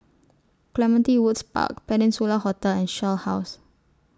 Clementi Woods Park Peninsula Hotel and Shell House